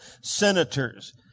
senators